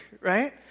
right